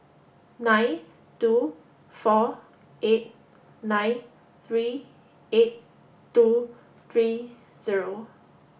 nine two four eight nine three eight two three zero